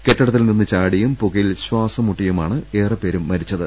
കെട്ടിടത്തിൽ നിന്ന് ചാടിയും പുക യിൽ ശ്വാസം മുട്ടിയുമാണ് ഏറെപ്പേരും മരിച്ചത്